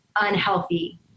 unhealthy